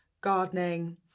gardening